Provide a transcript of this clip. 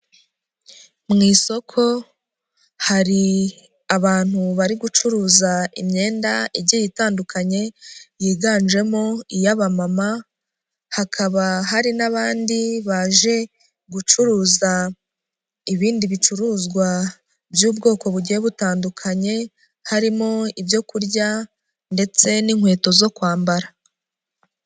Mu isoko hari abantu bari gucuruza imyenda igiye itandukanye, yiganjemo iy'abamama, hakaba hari n'abandi baje gucuruza ibindi bicuruzwa by'ubwoko bugiye butandukanye, harimo ibyo kurya ndetse n'inkweto zo kwambara.